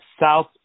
south